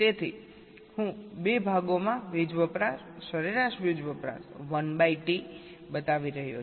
તેથી હું બે ભાગોમાં વીજ વપરાશ સરેરાશ વીજ વપરાશ 1 બાય T બતાવી રહ્યો છું